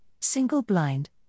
Single-Blind